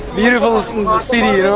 beautiful ah city, yeah